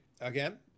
again